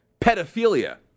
pedophilia